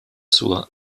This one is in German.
zur